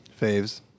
Faves